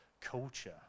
culture